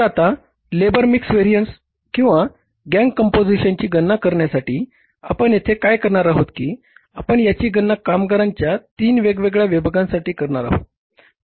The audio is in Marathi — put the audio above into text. तर आता लेबर मिक्स व्हेरिएन्स किंवा गँग कंपोझीशनची गणना करण्यासाठी आपण येथे काय करणार आहोत की आपण याची गणना कामगारांच्या तीन वेगवेगळ्या विभागांसाठी करणार आहोत